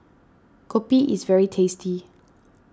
Kopi is very tasty